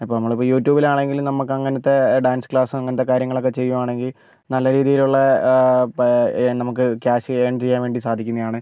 അപ്പം നമ്മളിപ്പോൾ യൂ ട്യൂബിലാണെങ്കിലും നമുക്ക് അങ്ങനത്തെ ഡാൻസ് ക്ലാസ് അങ്ങനത്തെ കാര്യങ്ങളൊക്കെ ചെയ്യുവാണെങ്കിൽ നല്ല രീതിയിലുള്ള നമുക്ക് ക്യാഷ് ഏൺ ചെയ്യാൻ സാധിക്കുന്നതാണ്